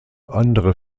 andere